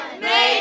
Make